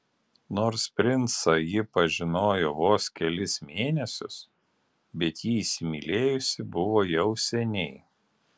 nors princą ji pažinojo vos kelis mėnesius bet jį įsimylėjusi buvo jau seniai